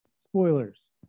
spoilers